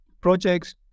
projects